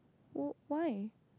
oh why